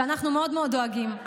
שאנחנו מאוד מאוד דואגים,